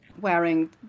Wearing